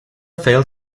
failed